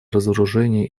разоружения